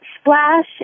Splash